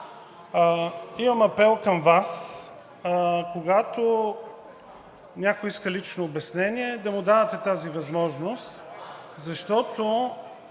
Имам апел към Вас – когато някой иска лично обяснение, да му давате тази възможност, защото…